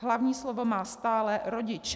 Hlavní slovo má stále rodič.